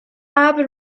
ابر